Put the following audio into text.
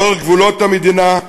לאורך גבולות המדינה,